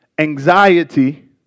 anxiety